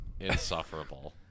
insufferable